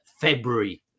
February